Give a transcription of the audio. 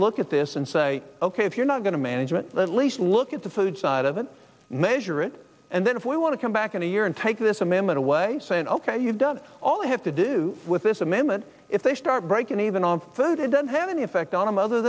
look at this and say ok if you're not going to management at least look the food side of it measure it and then if we want to come back in a year and take this amendment away saying ok you've done all we have to do with this amendment if they start breaking even on food it doesn't have any effect on him other